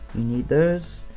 you need those,